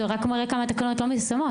זה רק מראה כמה התקנות לא מיושמות.